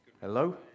Hello